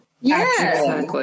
Yes